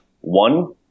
One